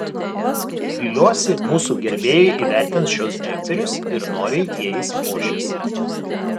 viliuosi mūsų gerbėjai įvertins šiuos džemperius ir noriai jais puošis